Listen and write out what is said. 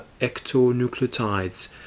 ectonucleotides